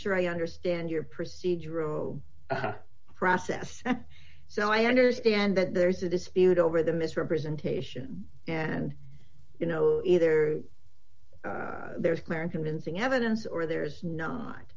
sure i understand your procedure room process so i understand that there's a dispute over the misrepresentation and you know either there's clear and convincing evidence or there's no